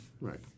Right